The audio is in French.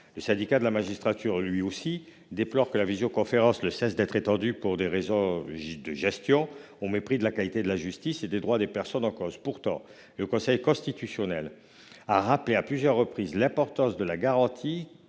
Le Syndicat de la magistrature, lui aussi, déplore que la visioconférence ne cesse d'être étendue pour des raisons de gestion, au mépris de la qualité de la justice et des droits des personnes en cause. Pourtant, le Conseil constitutionnel a rappelé à plusieurs reprises « l'importance de la garantie